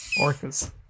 Orcas